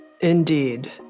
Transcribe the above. Indeed